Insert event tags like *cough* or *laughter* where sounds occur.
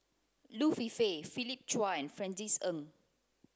Liu *unintelligible* Philip Chia and Francis Ng